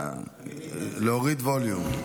להוריד ווליום.